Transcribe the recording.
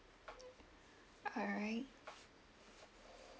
alright